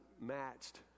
matched